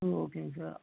ம் ஓகேங்க சார்